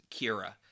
Kira